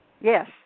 Yes